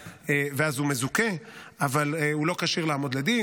ואז הוא מזוכה אבל הוא לא כשיר לעמוד לדין,